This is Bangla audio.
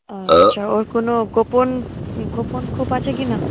আচ্ছা ওর কোনো গোপন গোপন খোপ আছে কিনা